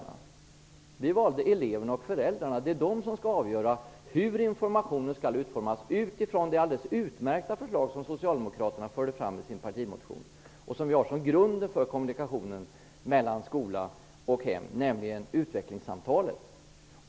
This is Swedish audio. Vi valde eleverna och föräldrarna. De skall avgöra hur informationen skall utformas utifrån det alldeles utmärkta förslag som Socialdemokraterna förde fram i sin partimotion och som vi har som grund för kommunikationen mellan skola och hem, nämligen utvecklingssamtalet.